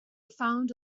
found